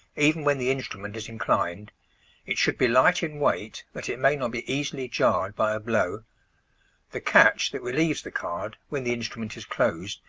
even when the instrument is inclined it should be light in weight, that it may not be easily jarred by a blow the catch that relieves the card, when the instrument is closed,